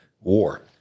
war